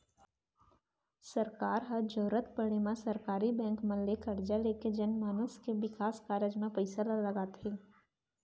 सरकार ह जरुरत पड़े म सरकारी बेंक मन ले करजा लेके जनमानस के बिकास कारज म पइसा ल लगाथे